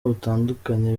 butandukanye